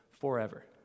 forever